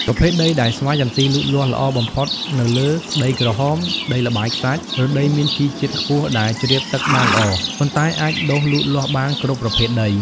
ប្រភេទដីដែលស្វាយចន្ទីលូតលាស់ល្អបំផុតនៅលើ ដីក្រហម ដីល្បាយខ្សាច់ ឬដីមានជីជាតិខ្ពស់ដែល ជ្រាបទឹកបានល្អប៉ុន្តែអាចដុះលូតលាស់បានគ្រប់ប្រភេទដី។